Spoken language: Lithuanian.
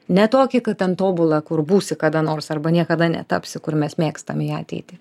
ne tokį kad ten tobulą kur būsi kada nors arba niekada netapsi kur mes mėgstam į ateitį